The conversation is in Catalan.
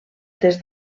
des